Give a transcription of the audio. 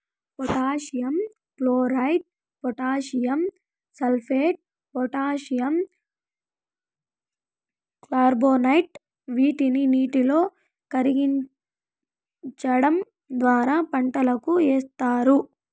potassium chloride, potassium sulphate, potassium carbonate వీటిని నీటిలో కరిగించడం ద్వారా పంటలకు ఏస్తారు